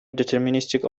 deterministic